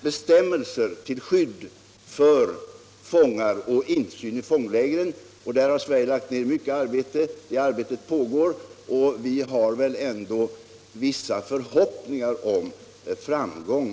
bestämmelser till skydd för fångar och om insyn i fång lägren. Sverige har lagt ned mycket arbete på de punkterna. Det arbetet Nr 54 pågår fortfarande, och vi har väl ändå vissa förhoppningar om framgång